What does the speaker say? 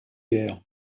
guerres